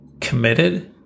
committed